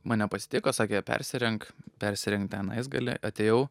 mane pasitiko sakė persirenk persirengt tenais gali atėjau